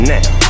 Now